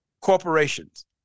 Corporations